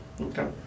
okay